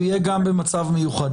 הוא יהיה גם במצב מיוחד.